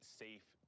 safe